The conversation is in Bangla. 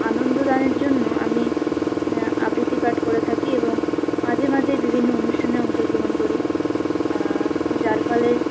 আনন্দদানের জন্য আমি আবৃত্তি পাঠ করে থাকি এবং মাঝে মাঝে বিভিন্ন অনুষ্ঠানে অংশগ্রহণ করি যার ফলে